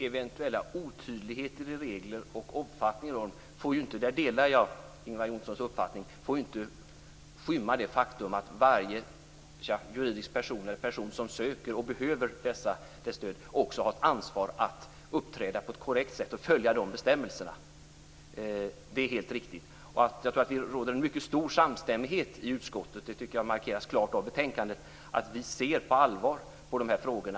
Fru talman! Jag delar Ingvar Johnssons uppfattning att eventuella otydligheter i regler inte får skymma det faktum att varje person som söker stöd har ett ansvar att uppträda på ett korrekt sätt och följa bestämmelserna. Det markeras klart i betänkandet att det råder en stor samstämmighet i utskottet, dvs. vi ser allvarligt på dessa frågor.